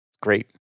Great